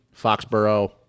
Foxborough